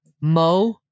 Mo